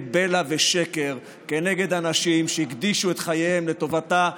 בלע ושקר כנגד אנשים שהקדישו את חייהם לטובתה,